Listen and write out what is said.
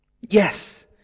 Yes